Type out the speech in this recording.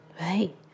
Right